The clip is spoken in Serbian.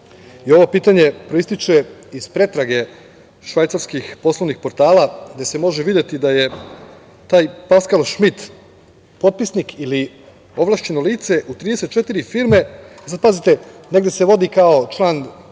Ovo pitanje proističe iz pretrage švajcarskih poslovnih portala gde se može videti da je taj Paskal Šmit potpisnik ili ovlašćeno lice u 34 firme. Pazite, negde se vodi kao član borda